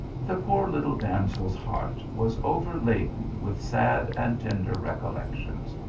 the poor little damsel s heart was over laden with sad and tender recollections,